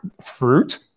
fruit